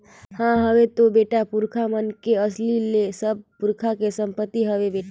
हां हवे तो बेटा, पुरखा मन के असीस ले सब पुरखा के संपति हवे बेटा